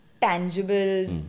tangible